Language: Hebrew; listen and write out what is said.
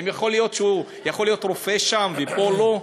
האם יכול להיות שהוא יכול להיות רופא שם ופה לא?